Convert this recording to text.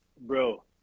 Bro